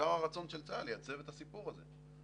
ובעיקר הרצון של צה"ל לייצב את הסיפור הזה,